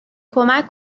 کمک